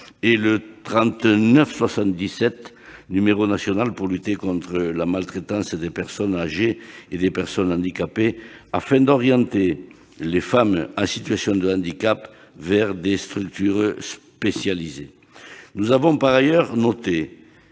et le 3977, numéro national pour lutter contre la maltraitance des personnes âgées et des personnes handicapées, afin d'orienter les femmes en situation de handicap vers des structures spécialisées. Nous avons par ailleurs noté